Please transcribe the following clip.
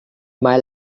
mae